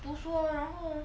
不说然后